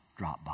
Dropbox